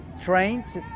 trains